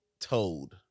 told